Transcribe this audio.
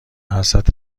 حسرت